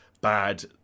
bad